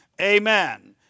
Amen